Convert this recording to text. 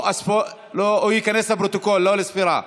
ייכנס לפרוטוקול, לא לספירה.